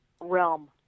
realm